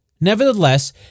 Nevertheless